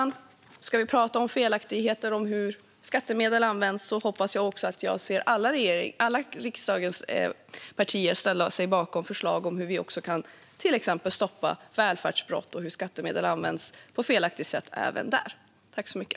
När vi pratar om felaktigheter i hur skattemedel används hoppas jag att jag får se alla riksdagens partier ställa sig bakom förslag om hur vi kan stoppa även till exempel välfärdsbrott och felaktigt användande av skattemedel i det sammanhanget.